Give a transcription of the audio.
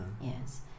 Yes